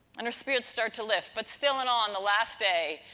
and, her spirits start to lift. but, still in awe, on the last day,